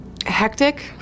Hectic